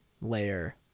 layer